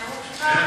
הנאום שלך,